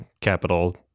capital